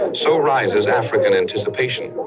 um so rises african anticipation.